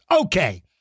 Okay